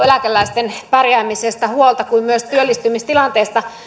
eläkeläisten pärjäämisestä kuin myös työllistymistilanteesta